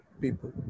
people